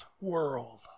world